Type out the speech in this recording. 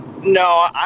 No